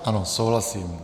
Ano, souhlasím.